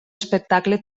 espectacle